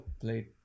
played